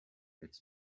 its